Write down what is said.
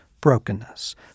brokenness